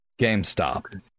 GameStop